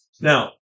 Now